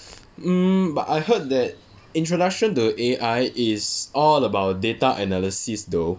hmm but I heard that introduction to A_I is all about data analysis though